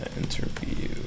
interview